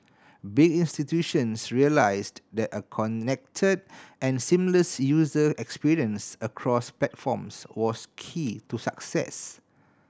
big institutions realised that a connected and seamless user experience across platforms was key to success